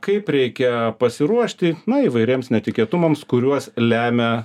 kaip reikia pasiruošti įvairiems netikėtumams kuriuos lemia